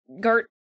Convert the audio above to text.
Gert